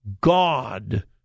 God